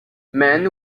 man